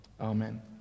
amen